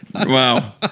Wow